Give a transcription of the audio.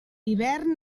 hivern